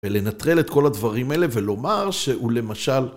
ולנטרל את כל הדברים האלה ולומר שהוא למשל...